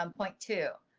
um point two.